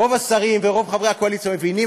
רוב השרים ורוב חברי הקואליציה מבינים